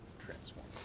transform